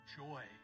joy